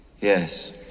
Yes